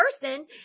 person